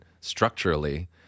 structurally